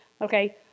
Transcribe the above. okay